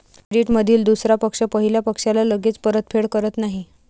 क्रेडिटमधील दुसरा पक्ष पहिल्या पक्षाला लगेच परतफेड करत नाही